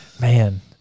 Man